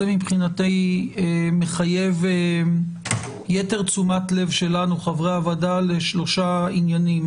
מבחינתי מחייב יתר תשומת לב שלנו חברי הוועדה לשלושה עניינים.